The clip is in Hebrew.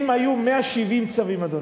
אם היו 170 צווים, אדוני,